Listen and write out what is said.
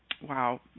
wow